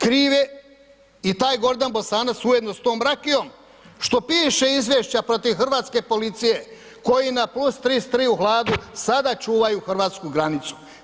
Kriv je i taj Gordan Bosanac ujedno s tom rakijom što piše Izvješća protiv hrvatske policije, koji na plus 33 u hladu sada čuvaju hrvatsku granicu.